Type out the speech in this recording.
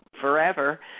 forever